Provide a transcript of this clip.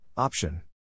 Option